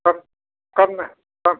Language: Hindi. कम कम कम